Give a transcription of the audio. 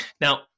Now